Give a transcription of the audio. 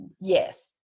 yes